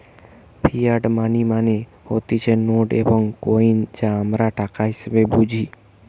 fiat money মানে হতিছে note এবং কইন যা আমরা টাকা হিসেবে বুঝি